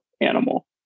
animal